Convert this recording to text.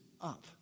up